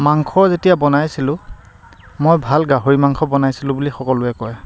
মাংস যেতিয়া বনাইছিলোঁ মই ভাল গাহৰি মাংস বনাইছিলোঁ বুলি সকলোৱে কয়